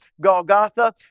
Golgotha